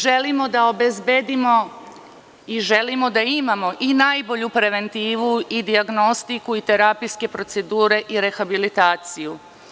Želimo da obezbedimo i želimo da imamo i najbolju preventivu i dijagnostiku i terapijske procedure i rehabilitaciju.